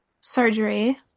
surgery